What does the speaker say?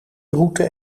route